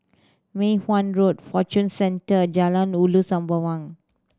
Mei Hwan Road Fortune Centre Jalan Ulu Sembawang